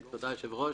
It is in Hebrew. תודה, היושב-ראש.